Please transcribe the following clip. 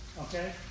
Okay